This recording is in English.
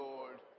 Lord